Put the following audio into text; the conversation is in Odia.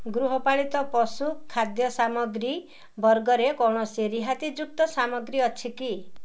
ଗୃହପାଳିତ ପଶୁ ଖାଦ୍ୟ ସାମଗ୍ରୀ ବର୍ଗରେ କୌଣସି ରିହାତିଯୁକ୍ତ ସାମଗ୍ରୀ ଅଛି କି